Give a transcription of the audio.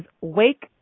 Wake